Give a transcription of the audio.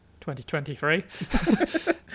2023